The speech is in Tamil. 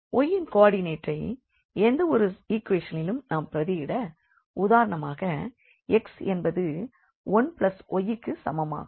y ன் கோ ஆர்டிநேட்டை எந்த ஒரு ஈக்வேஷன் லும் நாம் பிரதியிட உதாரணமாக x என்பது 1 yக்கு சமமாகும்